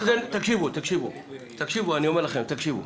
אני אומר לכם, תקשיבו.